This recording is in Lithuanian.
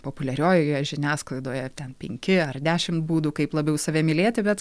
populiariojoje žiniasklaidoje ar ten penki ar dešimt būdų kaip labiau save mylėti bet